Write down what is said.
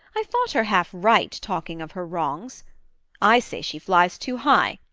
i thought her half-right talking of her wrongs i say she flies too high,